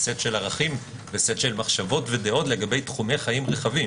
סט של ערכים וסט של מחשבות ודעות לגבי תחומי חיים רחבים.